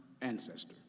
ancestor